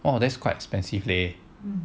!wah! that's quite expensive leh